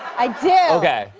i do. okay.